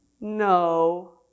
no